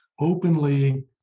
openly